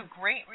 great